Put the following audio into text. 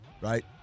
right